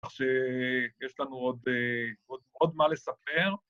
‫כך שיש לנו עוד מה לספר.